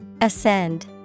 Ascend